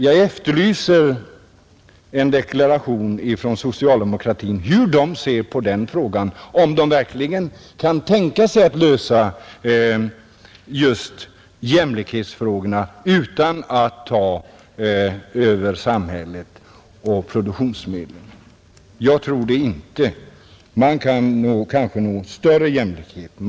Jag efterlyser en deklaration från socialdemokraterna hur de ser på den frågan och om de verkligen kan tänka sig att lösa just jämlikhetsproblemen utan att överta samhället och produktionsmedlen. Jag tror det inte. Man kan kanske nå större jämlikhet än nu.